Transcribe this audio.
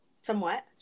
Somewhat